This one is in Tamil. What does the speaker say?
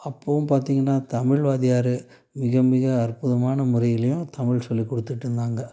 அப்பவும் பார்த்திங்கனா தமிழ் வாத்தியார் மிக மிக அற்புதமான முறையிலேயும் தமிழ் சொல்லிக்கொடுத்துட்டு இருந்தாங்க